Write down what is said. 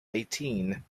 eighteen